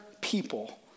people